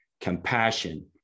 compassion